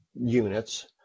units